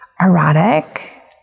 erotic